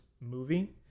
movie